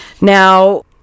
now